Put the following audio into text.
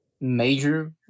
major